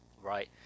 Right